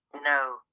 No